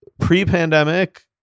pre-pandemic